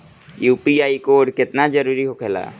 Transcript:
UPI code केतना जरुरी होखेला?